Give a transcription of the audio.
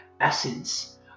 essence